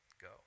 go